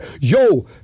yo